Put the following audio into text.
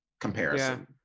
comparison